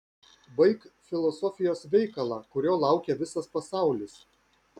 baik filosofijos veikalą kurio laukia visas pasaulis